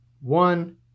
One